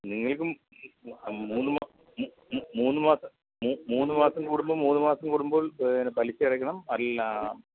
നിങ്ങൾക്കും മൂന്ന് മൂന്ന് മാസം മൂന്ന് മാസം കൂടുമ്പോൾ മൂന്ന് മാസം കൂടുമ്പോൾ പലിശയടയ്ക്കണം അല്ലാ